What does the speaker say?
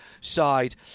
side